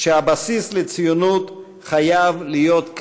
שהבסיס לציונות חייב להיות כלל-לאומי.